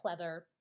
pleather